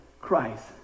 Christ